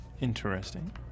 Interesting